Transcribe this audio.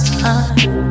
time